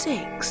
Six